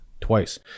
twice